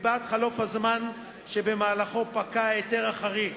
מפאת חלוף הזמן שבמהלכו פקע ההיתר החריג